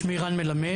שמי רן מלמד,